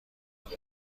خورد